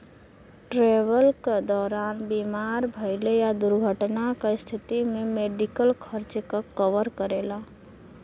travel क दौरान बीमार भइले या दुर्घटना क स्थिति में मेडिकल खर्च क कवर करेला